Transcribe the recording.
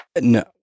No